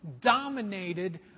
dominated